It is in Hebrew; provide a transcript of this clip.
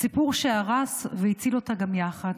סיפור שהרס והציל אותה גם יחד,